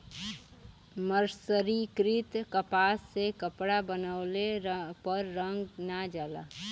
मर्सरीकृत कपास से कपड़ा बनवले पर रंग ना जाला